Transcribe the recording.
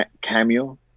Cameo